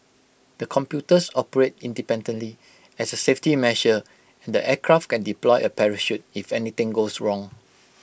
the computers operate independently as A safety measure and the aircraft can deploy A parachute if anything goes wrong